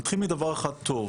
נתחיל מדבר אחד טוב,